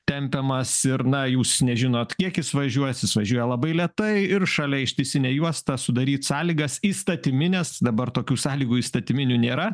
tempiamas ir na jūs nežinot kiek jis važiuos jis važiuoja labai lėtai ir šalia ištisinė juosta sudaryt sąlygas įstatymines dabar tokių sąlygų įstatyminių nėra